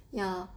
ya